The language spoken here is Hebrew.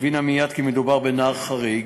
והיא הבינה מייד כי מדובר בנער חריג,